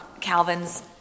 Calvin's